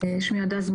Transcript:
תוכנית גדולה,